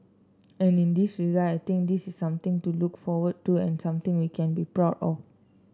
and in this regard I think this is something to look forward to and something we can be proud of